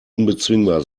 unbezwingbar